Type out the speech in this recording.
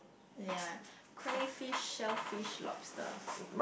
ya crave fish shellfish lobster